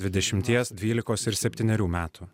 dvidešimties dvylikos ir septynerių metų